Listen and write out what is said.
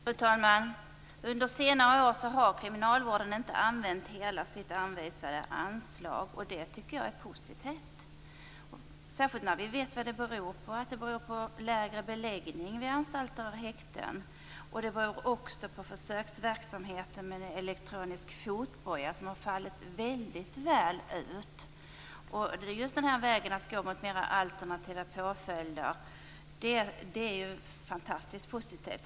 Fru talman! Under senare år har kriminalvården inte använt hela sitt anvisade anslag. Det tycker jag är positivt, särskilt eftersom vi vet att det beror på lägre beläggning vid anstalter och häkten. Det beror också på försöksverksamheten med elektronisk fotboja som har fallit väldigt väl ut. Vägen som man nu går mot alternativa påföljder är något fantastiskt positivt.